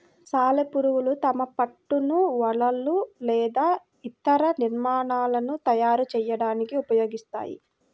సాలెపురుగులు తమ పట్టును వలలు లేదా ఇతర నిర్మాణాలను తయారు చేయడానికి ఉపయోగిస్తాయి